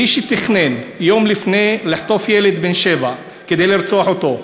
מי שתכנן יום לפני לחטוף ילד בן שבע כדי לרצוח אותו,